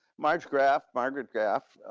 marge graf, margaret graf.